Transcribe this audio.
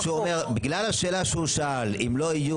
בגלל השאלה שהוא שאל, אם לא יהיו